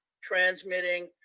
transmitting